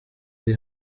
ari